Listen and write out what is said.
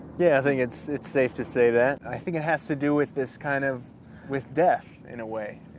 yeah i think it's it's safe to say that. i think it has to do with this kind of with death in a way,